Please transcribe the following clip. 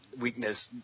weakness